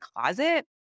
closet